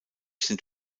sind